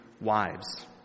wives